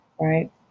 right